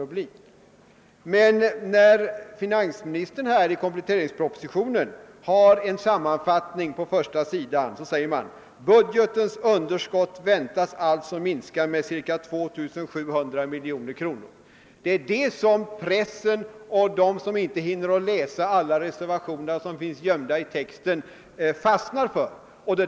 Men i den redovisning för propositionens huvudsakliga innehåll som ges på första sidan i årets kompletteringsproposition står det: »Budgetens underskott väntas alltså minska med ca 2 700 milj.kr. ———.» Det är det som pressen och de som inte hinner läsa alla reservationer som finns gömda i texten fastnar för.